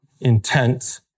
intent